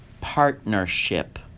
partnership